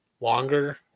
longer